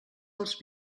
als